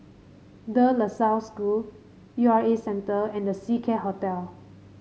De La Salle School U R A Centre and The Seacare Hotel